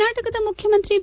ಕರ್ನಾಟಕದ ಮುಖ್ಣಮಂತ್ರಿ ಬಿ